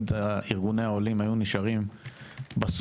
ארגוני העולים היו תמיד נשארים בסוף,